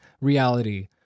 reality